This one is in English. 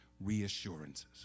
reassurances